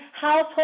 household